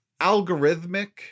algorithmic